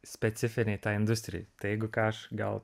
specifiniai tai industrijai tai jeigu ką aš gal